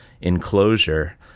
enclosure